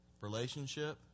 relationship